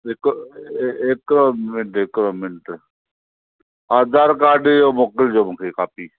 हिकु हिकिड़ो मिन्टु हिकिड़ो मिन्टु आधार कार्ड जो मोकिलिजो मूंखे कॉपी